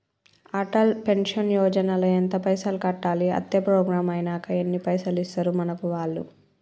Atal pension Yojana ల ఎంత పైసల్ కట్టాలి? అత్తే ప్రోగ్రాం ఐనాక ఎన్ని పైసల్ ఇస్తరు మనకి వాళ్లు?